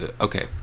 Okay